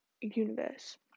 universe